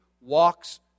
walks